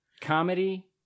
comedy